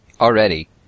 already